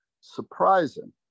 surprising